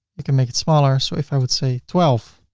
you can make it smaller. so if i would say twelve,